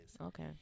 Okay